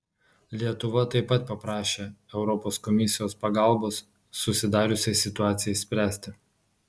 lietuva taip pat paprašė europos komisijos pagalbos susidariusiai situacijai spręsti